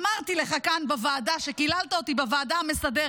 אמרתי לך כאן בוועדה, כשקיללת אותי בוועדה המסדרת.